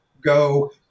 go